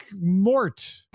Mort